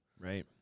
Right